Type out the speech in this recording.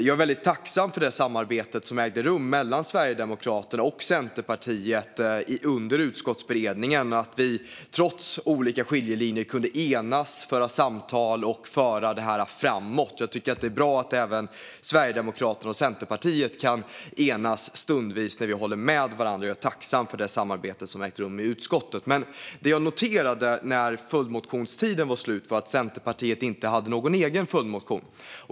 Jag är tacksam för det samarbete som ägde rum mellan Sverigedemokraterna och Centerpartiet under utskottsberedningen. Vi kunde trots olika skiljelinjer enas, föra samtal och föra detta framåt. Det är bra att även Sverigedemokraterna och Centerpartiet stundvis kan enas, när vi håller med varandra. Jag är tacksam för det samarbete som har ägt rum i utskottet. När följdmotionstiden var slut noterade jag dock att Centerpartiet inte hade lagt fram någon egen följdmotion.